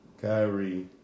Kyrie